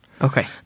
Okay